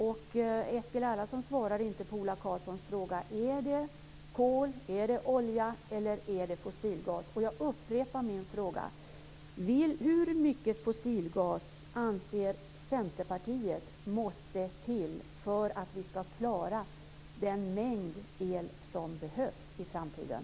Eskil Erlandsson svarade inte på Ola Karlssons fråga. Är det kol, är det olja eller är det fossilgas som ska tillföras? Jag upprepar min fråga: Hur mycket fossilgas anser Centerpartiet att det behövs för att vi ska kunna producera den mängd el som behövs i framtiden?